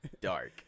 Dark